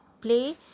play